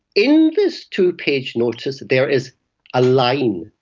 in this two-page notice there is a line,